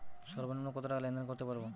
সর্বনিম্ন কত টাকা লেনদেন করতে পারবো?